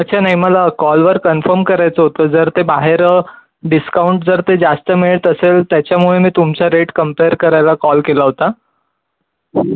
अच्छा नाही मला कॉलवर कन्फर्म करायचं होतं जर ते बाहेर डिस्काऊंट जर ते जास्त मिळत असेल त्याच्यामुळे मी तुमचा रेट कम्पेर करायला कॉल केला होता